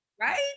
Right